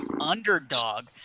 underdog